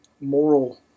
moral